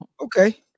Okay